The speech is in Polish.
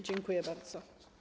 Dziękuję bardzo.